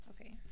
Okay